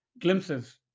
glimpses